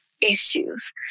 issues